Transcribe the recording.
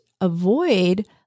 avoid